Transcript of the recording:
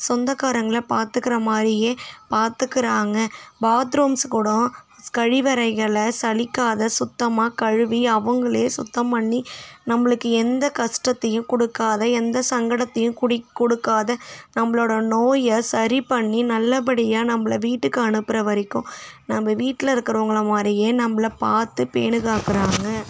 சொந்தக்காரங்களை பார்த்துக்குற மாதிரியே பார்த்துக்குறாங்க பாத் ரூம்ஸு கூட கழிவறைகளை சலிக்காத சுத்தமாக கழுவி அவங்களே சுத்தம் பண்ணி நம்மளுக்கு எந்த கஷ்டத்தையும் கொடுக்காத எந்த சங்கடத்தையும் குடி கொடுக்காத நம்மளோட நோயை சரி பண்ணி நல்லப்படியாக நம்மள வீட்டுக்கு அனுப்புகிற வரைக்கும் நம்ம வீட்டில் இருக்கிறவுங்கள மாதிரியே நம்மள பார்த்து பேணுகாக்கிறாங்க